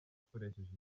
akoresheje